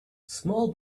small